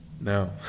No